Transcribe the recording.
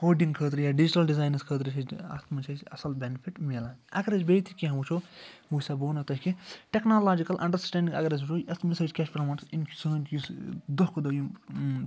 coding خٲطرٕ یا digital designs خٲطرٕ چھِ اَسہِ اَتھ مَنٛز چھِ اَسہِ اصٕل بیٚنفِٹ مِلان اگر أسۍ بیٚیہِ تہِ کینٛہہ وٕچھو وٕچھ سا بہٕ ونو تۄہہِ کہِ ٹیٚکنالاجِکل انڈرسٕٹینٛڈ اگر أسۍ وٕچھو اَمہِ سۭتۍ کیٛاہ چھُ پرٛموٹ یِم سٲنۍ یُس دۄہ کھۄ دۄہ یِم